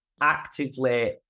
actively